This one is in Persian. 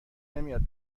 نمیاد